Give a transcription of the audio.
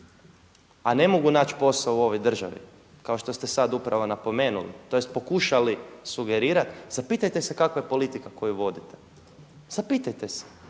a ne mogu naći posao u ovoj državi kao što ste sad upravo napomenuli, tj. pokušali sugerirati zapitajte se kakva je politika koju vodite, zapitajte se.